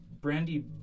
Brandy